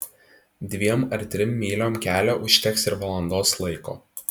dviem ar trim myliom kelio užteks ir valandos laiko